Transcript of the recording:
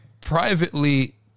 privately